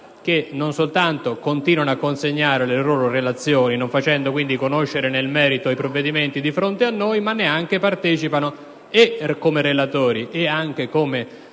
non soltanto continuano a consegnare le loro relazioni, non facendo quindi conoscere nel merito i provvedimenti al nostro esame, ma neanche partecipano, sia come relatori sia anche come